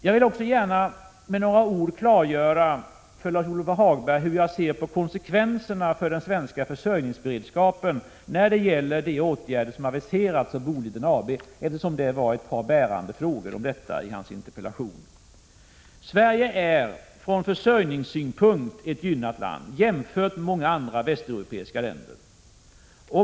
Jag vill också gärna med några ord klargöra för Lars-Ove Hagberg hur regeringen ser på konsekvenserna för den svenska försörjningsberedskapen när det gäller de åtgärder som aviseras av Boliden, eftersom det fanns ett par bärande frågor om detta i hans interpellation. Sverige är från försörjningssynpunkt ett gynnat land jämfört med många andra västeuropeiska länder.